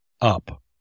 up